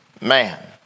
man